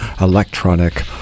electronic